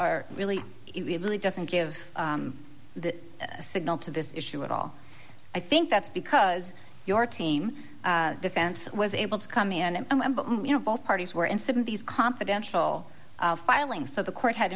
are really it really doesn't give the signal to this issue at all i think that's because your team defense was able to come in and you know both parties were in some of these confidential filings so the court had